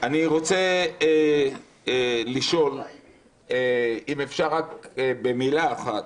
אני רוצה לשאול, אם אפשר במילה אחת.